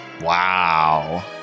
Wow